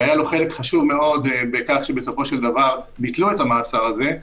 והיה לו חלק חשוב מאוד בכך שבסופו של דבר ביטלו את המאסר הזה,